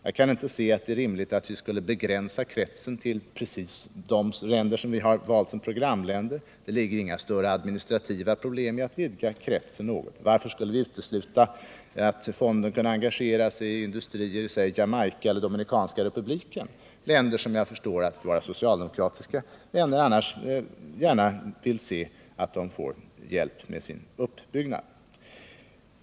Jag kan inte se att det är rimligt att vi skulle begränsa kretsen till precis de länder som vi har valt som programländer; det ligger inga större administrativa problem i att vidga kretsen något. Varför skulle vi utesluta att fonden skulle engagera sig i industrier i, säg Jamaica eller Dominikanska republiken? — länder som jag förstår att våra socialdemokratiska vänner annars gärna vill se få hjälp med sin uppbyggnad.